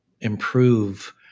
improve